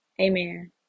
amen